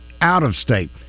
out-of-state